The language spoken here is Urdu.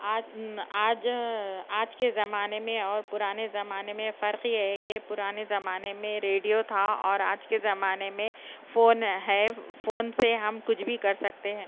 آج آج آج کے زمانے میں اور پرانے زمانے میں فرق یہ ہے کہ پرانے زمانے میں ریڈیو تھا اور آج کے زمانے میں فون ہے فون سے ہم کچھ بھی کر سکتے ہیں